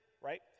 right